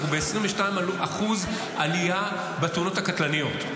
אנחנו ב-22% עלייה בתאונות הקטלניות.